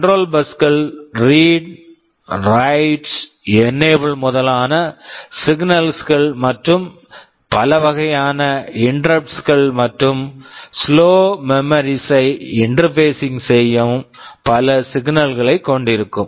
control control bus buses கள் read read right write enable enable முதலான signal signals -கள் மற்றும் பல வகையான இன்டரப்ட் interrupts கள் மற்றும் ஸ்லோ மெமரிஸ் slow memories ஐ இன்டெர்பேசிங் interfacing செய்யும் பல சிக்னல்ஸ் signals களை கொண்டிருக்கும்